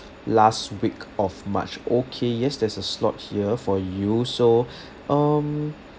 last week of march okay yes there's a slot here for you so um